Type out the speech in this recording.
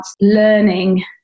learning